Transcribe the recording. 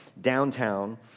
downtown